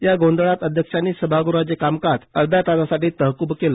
या गोंधळात अध्यक्षांनी सभागृहाचे कामकाज अध्या तासाठी तहकूब केला